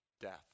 death